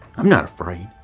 i'm not afraid.